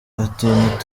ati